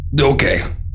okay